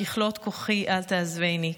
ככלות כחי אל תעזבני",